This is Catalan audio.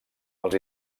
els